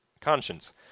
conscience